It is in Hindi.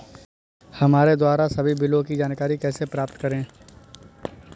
हमारे द्वारा सभी बिलों की जानकारी कैसे प्राप्त करें?